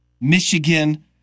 Michigan